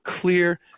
clear